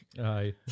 aye